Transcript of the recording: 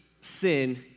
sin